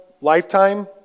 lifetime